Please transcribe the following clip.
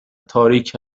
تاریک